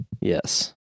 Yes